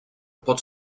pot